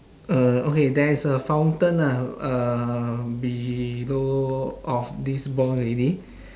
uh okay there is a fountain ah uh below of this blonde lady